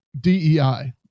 DEI